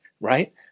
right